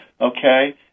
okay